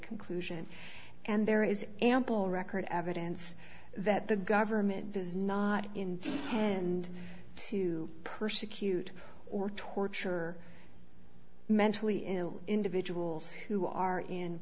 conclusion and there is ample record evidence that the government does not indeed and to persecute or torture mentally ill individuals who are in